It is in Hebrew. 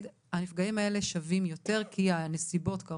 שהנפגעים האלה שווים יותר בגלל הנסיבות.